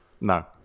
no